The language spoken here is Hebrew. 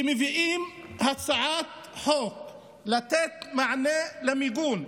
כשמביאים הצעת חוק לתת מענה למיגון,